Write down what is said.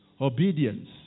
obedience